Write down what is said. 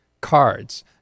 cards